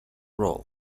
roll